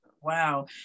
Wow